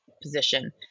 position